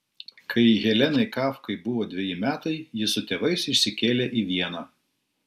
kai helenai kafkai buvo dveji metai ji su tėvais išsikėlė į vieną